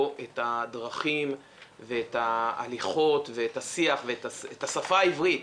את הדרכים ואת ההליכות ואת השיח ואת השפה העברית.